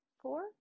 Four